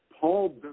Paul